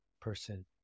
person